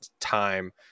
time